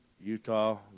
Utah